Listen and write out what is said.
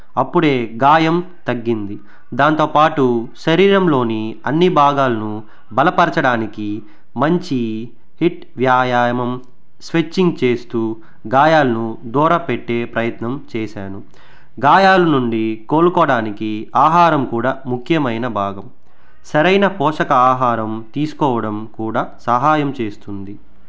అప్పుడు గాయం తగ్గింది దాంతోపాటు శరీరంలోని అన్నీ భాగాలను బలపరచడానికి మంచి హిట్ వ్యాయామం స్ట్రచ్చింగ్ చేస్తు గాయాలను దూర పెట్టే ప్రయత్నం చేశాను గాయాలు నుండి కోలుకోవడానికి ఆహారం కూడా ముఖ్యమైన భాగం సరైన పోషక ఆహారం తీసుకోవడం కూడా సహాయం చేస్తుంది